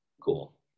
Cool